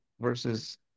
versus